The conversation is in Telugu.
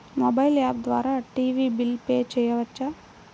మొబైల్ యాప్ ద్వారా టీవీ బిల్ పే చేయవచ్చా?